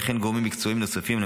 וכן גורמים מקצועיים נוספים,